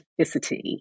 specificity